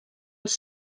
els